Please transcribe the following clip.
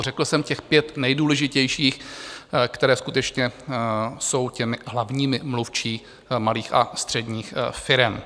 Řekl jsem těch pět nejdůležitějších, které skutečně jsou těmi hlavními mluvčími malých a středních firem.